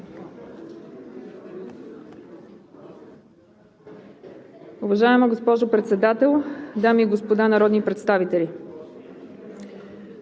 Уважаема госпожо Председател, дами и господа народни представители!